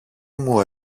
μου